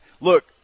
Look